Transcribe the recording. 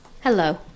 hello